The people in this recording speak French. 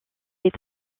est